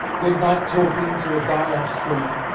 goodnight, talking to a guy offscreen